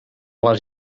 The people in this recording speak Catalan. les